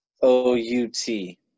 O-U-T